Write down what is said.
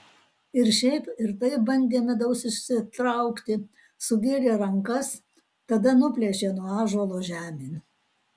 ir šiaip ir taip bandė medaus išsitraukti sugėlė rankas tada nuplėšė nuo ąžuolo žemėn